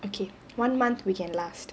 okay one month we can last